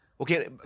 Okay